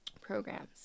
programs